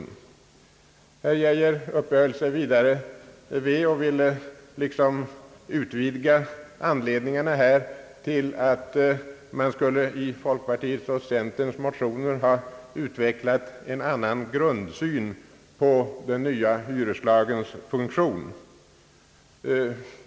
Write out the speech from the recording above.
Statsrådet Geijer uppehöll sig vid och ville liksom utvidga anledningarna till regeringens åtgärd till att man i folkpartiets och centerns motioner skulle ha utvecklat en annan grundsyn på den nya hyreslagens funktion.